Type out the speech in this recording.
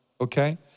okay